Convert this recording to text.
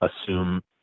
assume